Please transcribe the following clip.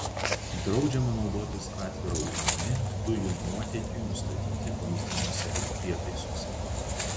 draudžiama naudotis atvira ugnimi dujų nuotėkiui nustatyti vamzdynuose ir prietaisuose